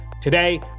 Today